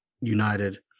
united